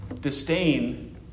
disdain